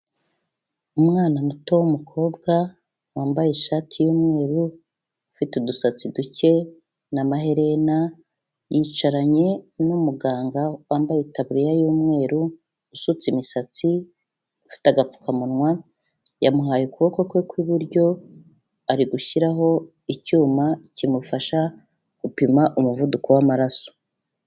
Umwana muto w'umukobwa wambaye ishati y'umweru, ufite udusatsi duke na maherena, yicaranye n'umuganga wambaye itaburiya y'umweru usutse imisatsi, ufite agapfukamunwa, yamuhaye ukuboko kwe kw'buryo, ari gushyiraho icyuma kimufasha gupima umuvuduko wamaraso.